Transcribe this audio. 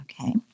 okay